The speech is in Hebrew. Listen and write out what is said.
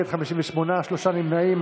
בעד, 51, נגד, 58, שלושה נמנעים.